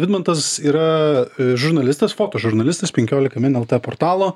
vidmantas yra žurnalistas fotožurnalistas penkiolika min lt portalo